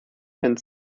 and